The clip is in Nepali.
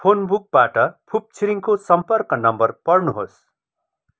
फोन बुकबाट फुप छिरिङको सम्पर्क नम्बर पढ्नुहोस्